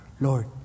lord